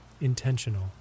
intentional